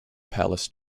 palace